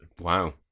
Wow